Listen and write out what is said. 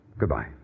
Goodbye